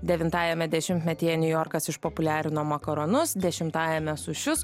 devintajame dešimtmetyje niujorkas išpopuliarino makaronus dešimtajame sušius